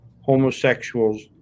homosexuals